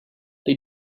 they